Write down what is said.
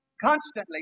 Constantly